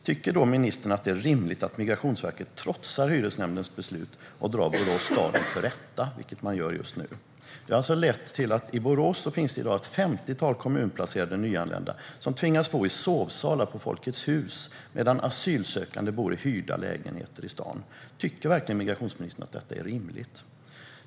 Tycker då ministern att det är rimligt att Migrationsverket trotsar Hyresnämndens beslut och drar Borås stad inför rätta, vilket man gör just nu? Det har lett till att det i Borås i dag finns ett femtiotal kommunplacerade nyanlända som tvingas bo i sovsalar i Folket Hus, medan asylsökande bor i hyrda lägenheter i staden. Tycker migrationsministern verkligen att detta är rimligt?